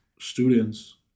students